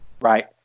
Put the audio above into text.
right